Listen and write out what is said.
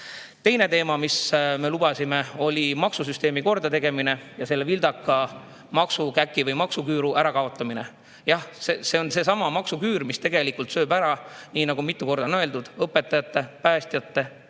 Teine teema, mis me lubasime, oli maksusüsteemi kordategemine ja selle vildaka maksukäki või maksuküüru ärakaotamine. Jah, see on seesama maksuküür, mis tegelikult sööb ära, nii nagu mitu korda on öeldud, õpetajate, päästjate,